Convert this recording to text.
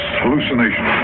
hallucination